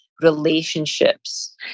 relationships